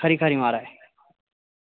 खरी खरी माराज